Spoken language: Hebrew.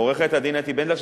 עורכת-הדין אתי בנדלר,